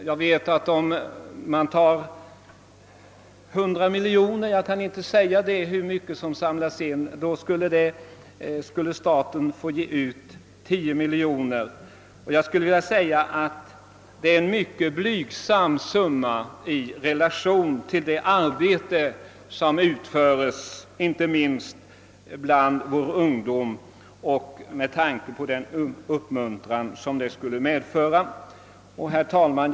Jag vet inte hur mycket som samlas in, men jag vet att om det exempelvis vore 100 miljoner kronor skulle staten få ge ut 10 miljoner. Det är enligt min mening en blygsam summa om man sätter den i relation till det arbete som utföres, inte minst bland vår ungdom. Ett sådant bidrag från staten skulle också vara uppmuntrande. Herr talman!